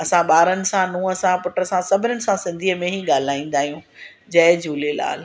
असां ॿारनि सां नूह सां पुटु सां सभिनीनि सां सिंधीअ में ई ॻाल्हाईंदा आहियूं जय झूलेलाल